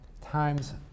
times